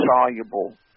soluble